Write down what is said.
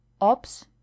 ops